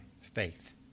faith